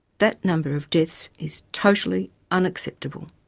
that number of deaths is totally unacceptable.